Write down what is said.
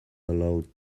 allowed